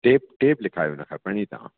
tape tape लिखायो ना खपनि ई तव्हां